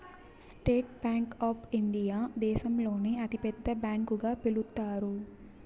state Bank of India దేశంలోనే అతి పెద్ద బ్యాంకు గా పిలుత్తారు